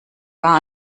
gar